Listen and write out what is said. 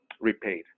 repaid